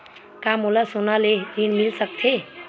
का मोला सोना ले ऋण मिल सकथे?